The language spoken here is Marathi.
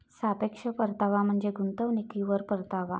सापेक्ष परतावा म्हणजे गुंतवणुकीवर परतावा